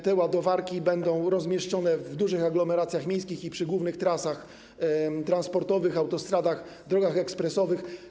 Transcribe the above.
Te ładowarki będą rozmieszczone w dużych aglomeracjach miejskich i przy głównych trasach transportowych, autostradach, drogach ekspresowych.